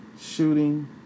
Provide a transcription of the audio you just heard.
shooting